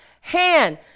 hand